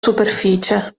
superficie